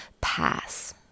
pass